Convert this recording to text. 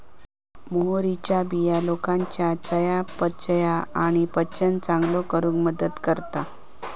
मोहरीच्या बिया लोकांच्या चयापचय आणि पचन चांगलो करूक मदत करतत